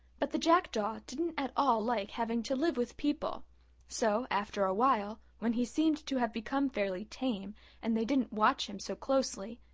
but the jackdaw didn't at all like having to live with people so, after a while, when he seemed to have become fairly tame and they didn't watch him so closely,